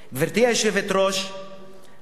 גברתי היושבת-ראש,